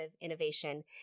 innovation